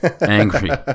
angry